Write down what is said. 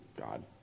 God